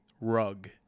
rug